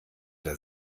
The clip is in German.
der